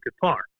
guitar